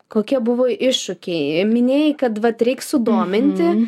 kokie buvo iššūkiai minėjai kad vat reik sudominti